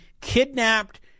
kidnapped